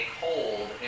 hold